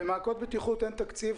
למעקות בטיחות אין תקציב.